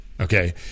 Okay